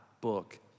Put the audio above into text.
book